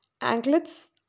anklets